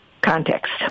context